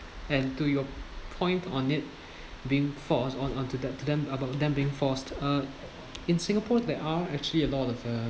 and to your point on it being forced on onto that to them about them being forced uh in singapore there are actually a lot of uh